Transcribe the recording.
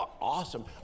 Awesome